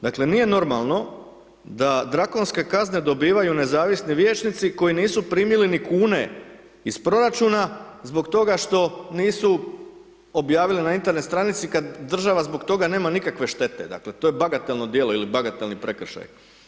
Dakle nije normalno da drakonske kazne dobivaju nezavisni vijećnici koji nisu primili ni kune iz proračuna zbog toga što nisu objavili na Internet stranici kada država zbog toga nema nikakve štete, dakle to je bagatelno djelo ili bagatelni prekršaj.